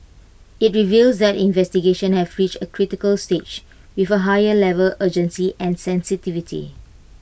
IT reveals that the investigations have reached A critical stage with A higher level urgency and sensitivity